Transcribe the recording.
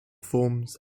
forms